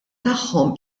tagħhom